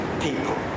people